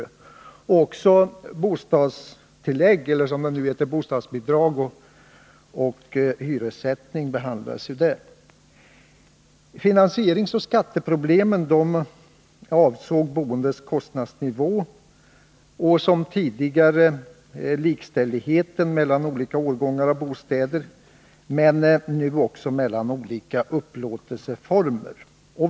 Också bostadstillägg — eller, som det nu heter, bostadsbidrag — och hyressättning behandlades ju där. Finansieringsoch skatteproblemen avsåg boendes kostnadsnivå, och liksom tidigare likställdheten mellan olika årgångar av bostäder men nu också mellan olika upplåtelseformer.